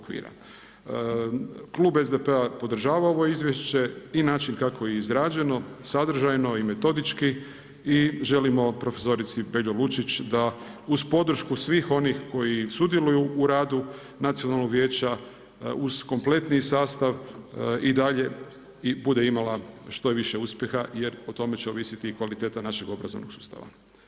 Klub SDP-a podržava ovo izvješće i način kako je izrađeno, sadržajno i metodički i želimo profesorici Beljo Lučić da uz podršku svim onih koji sudjeluju u radu Nacionalnog vijeća uz kompletni sastav i dalje bude imala što više uspjeha jer o tome će ovisit i kvaliteta našeg obrazovnog sustava.